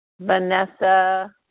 Vanessa